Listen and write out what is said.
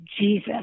Jesus